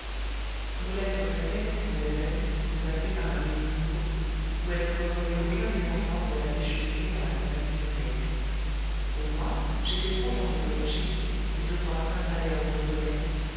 brulette regrettait en elle-même de passer par un pays nouveau où elle ne revoyait aucun des endroits où elle avait cheminé en la compagnie d'huriel pour moi j'étais content de voyager et de voir saint pallais en bourbonnais